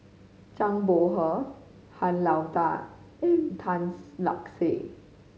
Zhang Bohe Han Lao Da and Tan Lark Sye